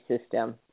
system